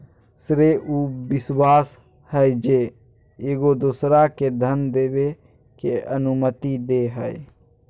श्रेय उ विश्वास हइ जे एगो दोसरा के धन देबे के अनुमति दे हइ